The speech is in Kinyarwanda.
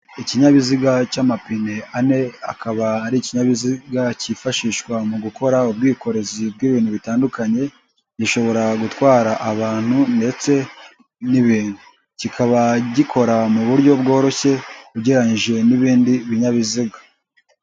Ikinyabiziga cy'amapine ane, akaba ari ikinyabiziga kifashishwa mu gukora ubwikorezi bw'ibintu bitandukanye, gishobora gutwara abantu ndetse kikaba gikora mu buryo bworoshye, ugereranyije n'ibindi binyabiziga.